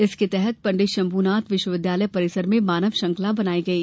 इसके तहत पंडित शम्भूनाथ विश्वविद्यालय परिसर में मानव श्रंखला बनाई गई